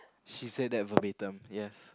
she said that verbatim yes